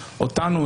אותנו,